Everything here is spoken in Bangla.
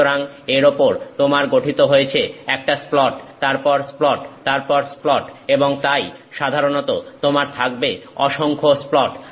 সুতরাং এর ওপর তোমার গঠিত হয়েছে একটা স্প্লট তারপর স্প্লট তারপর স্প্লট এবং তাই সাধারণত তোমার থাকবে অসংখ্য স্প্লট